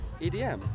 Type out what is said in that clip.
EDM